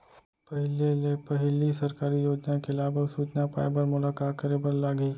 पहिले ले पहिली सरकारी योजना के लाभ अऊ सूचना पाए बर मोला का करे बर लागही?